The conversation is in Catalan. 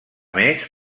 més